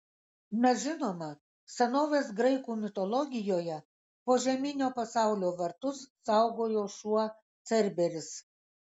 na žinoma senovės graikų mitologijoje požeminio pasaulio vartus saugojo šuo cerberis